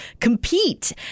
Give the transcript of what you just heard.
compete